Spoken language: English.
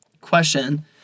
question